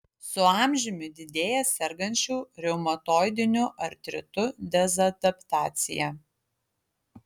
su amžiumi didėja sergančių reumatoidiniu artritu dezadaptacija